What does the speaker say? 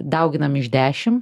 dauginam iš dešim